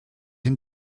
den